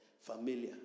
Familiar